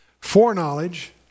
Foreknowledge